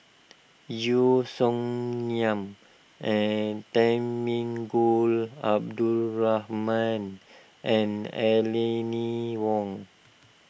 Yeo Song Nian and Temenggong Abdul Rahman and Aline Wong